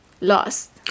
lost